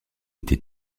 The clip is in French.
était